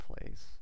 place